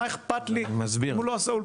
מה אכפת לי אם הוא לא עשה אולפן?